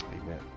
amen